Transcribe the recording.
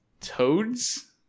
Toads